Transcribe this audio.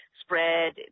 spread